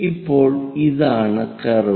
ഇപ്പോൾ ഇതാണ് കർവ്